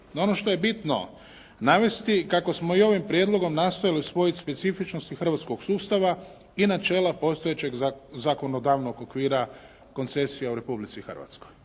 ono što je bitno navesti kako smo i ovim prijedlogom nastojali usvojiti specifičnosti hrvatskog sustava i načela postojećeg zakonodavnog okvira koncesija u Republici Hrvatskoj,